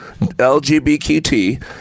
LGBT